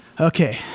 okay